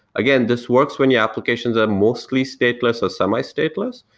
again, this works when your applications are mostly stateless or semi-stateless,